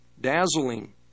Dazzling